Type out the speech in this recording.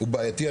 הוא בעייתי,